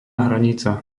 hranica